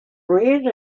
reared